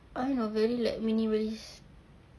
I don't know very like minimalist